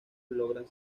logran